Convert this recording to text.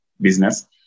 business